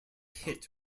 hit